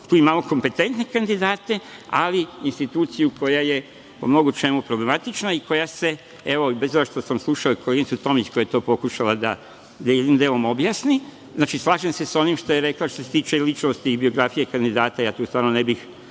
tu imamo kompetentne kandidate, ali instituciju koja je po mnogo čemu problematična i koje se, evo, i bez obzira što sam slušao koleginicu Tomić koja je to pokušala da jednim delom objasni, znači slažem se sa onim što je rekla što se tiče ličnosti i biografije kandidata, tu stvarno ne bih